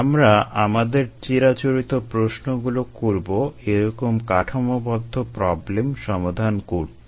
আমরা আমাদের চিরাচরিত প্রশ্নগুলো করবো এরকম কাঠামোবদ্ধ প্রবলেম সমাধান করতে